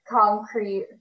concrete